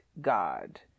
God